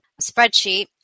spreadsheet